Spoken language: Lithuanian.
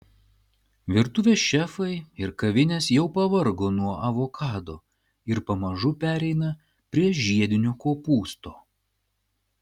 virtuvės šefai ir kavinės jau pavargo nuo avokado ir pamažu pereina prie žiedinio kopūsto